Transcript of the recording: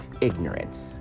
ignorance